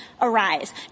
arise